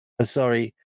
sorry